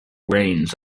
reins